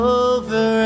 over